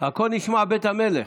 הכול נשמע בבית המלך.